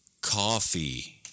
Coffee